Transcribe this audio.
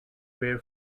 bare